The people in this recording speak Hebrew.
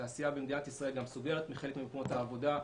התעשייה במדינת ישראל סוגרת בחלק ממקומות העבודה,